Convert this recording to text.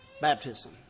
Baptism